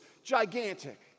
gigantic